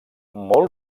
molt